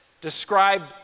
describe